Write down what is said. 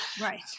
Right